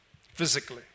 physically